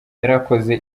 yarakozwe